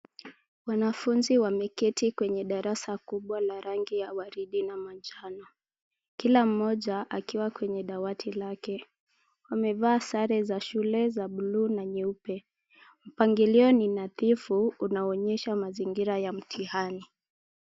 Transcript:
Wanafunzi wameketi kwenye darasa kubwa la rangi ya waridi na majano ,kila mmoja akiwa kwenye dawati lake wamevaa sare za shule za buluu na nyeupe ,mpangilio ni nadhifu unaonyesha mazingira ya mtihani.